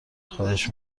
خواهش